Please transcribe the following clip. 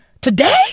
Today